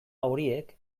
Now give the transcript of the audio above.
horiek